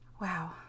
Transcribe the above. Wow